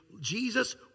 Jesus